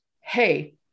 hey